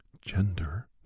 Gender